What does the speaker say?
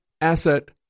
asset